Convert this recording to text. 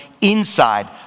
inside